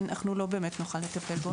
אנחנו לא באמת נוכל לטפל בו.